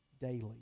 daily